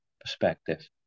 perspective